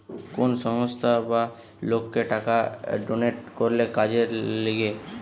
কোন সংস্থা বা লোককে টাকা ডোনেট করলে কাজের লিগে